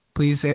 Please